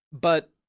but-